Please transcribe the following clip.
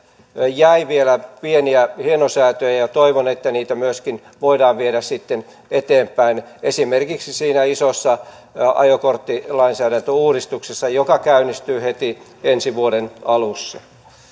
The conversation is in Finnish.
jäi vielä pieniä hienosäätöjä ja ja toivon että niitä voidaan viedä sitten eteenpäin esimerkiksi siinä isossa ajokorttilainsäädäntöuudistuksessa joka käynnistyy heti ensi vuoden alussa